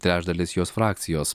trečdalis jos frakcijos